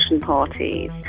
parties